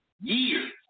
years